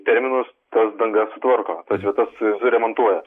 terminus tas dangas sutvarko tas vietas suremontuoja